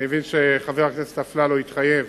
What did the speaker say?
אני מבין שחבר הכנסת אפללו התחייב